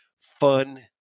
fun